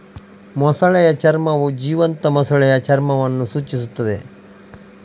ಮೊಸಳೆಯ ಚರ್ಮವು ಜೀವಂತ ಮೊಸಳೆಯ ಚರ್ಮವನ್ನು ಸೂಚಿಸುತ್ತದೆ